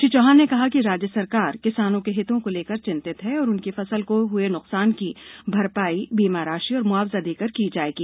श्री चौहान ने कहा कि राज्य सरकार किसानों के हितों को लेकर चिंतित है और उनकी फसल को हुए नुकसान की भरपाई बीमा राशि और मुआवजा देकर की जायेगी